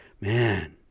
Man